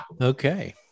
okay